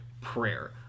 prayer